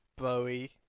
Bowie